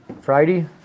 Friday